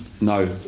no